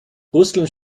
russland